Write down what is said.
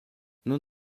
nun